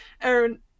Aaron